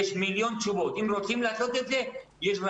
אם רוצים לעשות את זה יש מיליון תשובות,